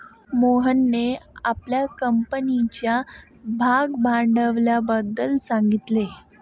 मोहनने आपल्या कंपनीच्या भागभांडवलाबद्दल सांगितले